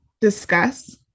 discuss